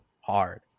hard